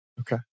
Okay